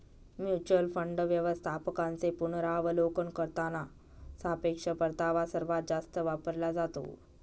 mutual fund व्यवस्थापकांचे पुनरावलोकन करताना सापेक्ष परतावा सर्वात जास्त वापरला जातो